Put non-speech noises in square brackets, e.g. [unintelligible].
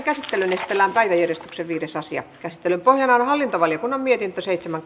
[unintelligible] käsittelyyn esitellään päiväjärjestyksen viides asia käsittelyn pohjana on on hallintovaliokunnan mietintö seitsemän [unintelligible]